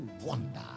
wonder